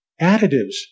additives